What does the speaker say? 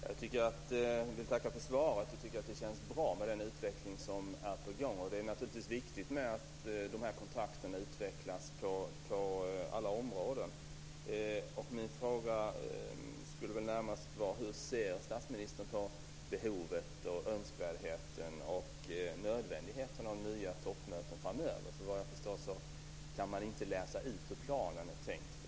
Herr talman! Jag vill tacka för svaret och säga att jag tycker att det känns bra med den utveckling som är på gång. Det är naturligtvis viktigt att dessa kontakter utvecklas på alla områden. Hur ser statsministern på behovet, önskvärdheten och nödvändigheten av nya toppmöten framöver? Såvitt jag förstår kan man inte läsa ut hur planen är tänkt för detta.